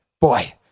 Boy